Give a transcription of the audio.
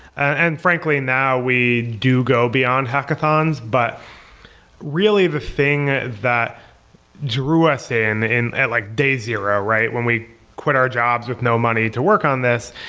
and frankly, now we do go beyond hackathons. but really, the thing that drew us and in at like day zero, right? when we quit our jobs with no money to work on this,